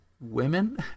women